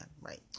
Right